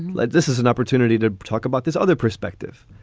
like this is an opportunity to talk about this other perspective